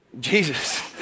Jesus